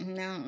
no